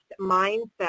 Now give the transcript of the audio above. mindset